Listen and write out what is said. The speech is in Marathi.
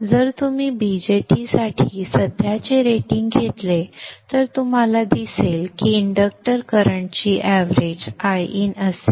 जर तुम्ही BJT साठी सध्याचे रेटिंग घेतले तर तुम्हाला दिसेल की इंडक्टर करंटची एवरेज Iin असेल